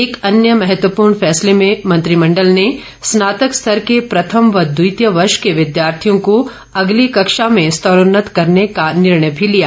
एक अन्य महत्वपूर्ण फैसले में मंत्रिमंडल ने स्नातक स्तर के प्रथम व द्वितीय वर्ष के विद्यार्थियों को अगली कक्षा में स्तरोन्नत करने का निर्णय भी लिया